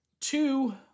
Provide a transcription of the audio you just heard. Two